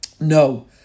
No